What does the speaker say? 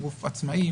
עצמאי.